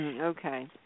Okay